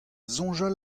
soñjal